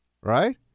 Right